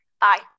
Bye